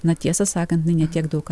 na tiesą sakant inai ne tiek daug ką